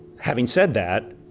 having said that,